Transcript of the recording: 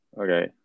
Okay